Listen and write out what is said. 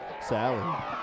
salad